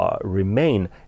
remain